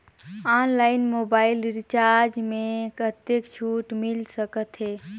Online mobile recharge मे कतेक छूट मिल सकत हे?